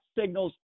signals